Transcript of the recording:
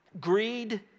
greed